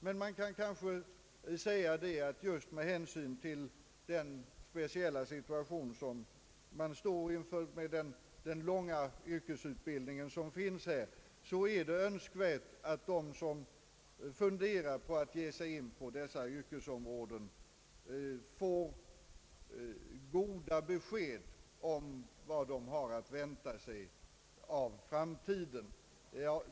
Med hänsyn till den speciella situation man står inför i och med den långa yrkesutbildningen är det önskvärt att de som funderar på att ge sig in på dessa yrkesområden får goda besked om vad de har att vänta sig av framtiden.